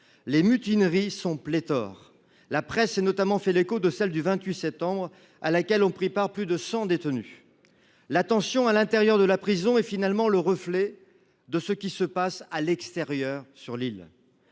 Les mutineries sont pléthore. La presse s’est notamment fait l’écho de celle du 28 septembre, à laquelle ont pris part plus de cent détenus. La tension qui règne à l’intérieur de la prison est tout simplement le reflet de ce qui se passe à l’extérieur, sur l’île.